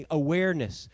awareness